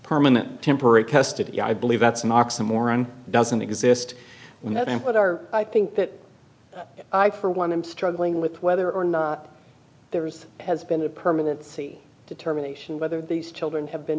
permanent temporary custody i believe that's an oxymoron doesn't exist in that what are i think that i for one am struggling with whether or not there's has been a permanent sea determination whether these children have been